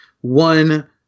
One